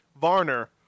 Varner